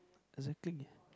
exactly